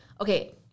Okay